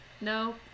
no